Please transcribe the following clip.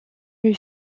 une